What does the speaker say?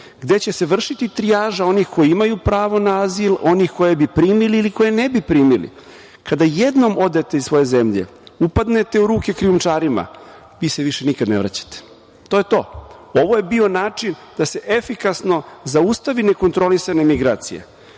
gde će se vršiti trijaža onih koji imaju pravo na azil, onih koje bi primili ili koje ne bi primili. Kada jednom odete iz svoje zemlje, upadnete u ruke krijumčarima, vi se više nikada ne vraćate. To je to. Ovo je bio način da se efikasno zaustave nekontrolisane migracije.